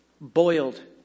boiled